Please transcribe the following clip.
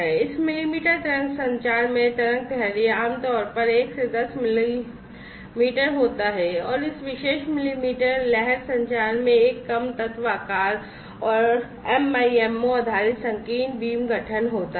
इस मिलीमीटर तरंग संचार में तरंगदैर्ध्य आमतौर पर 1 से 10 मिलीमीटर होता है और इस विशेष मिलीमीटर लहर संचार में एक कम तत्व आकार और MIMO आधारित संकीर्ण बीम गठन होता है